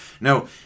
No